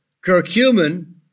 curcumin